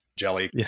jelly